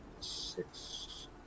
Six